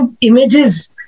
images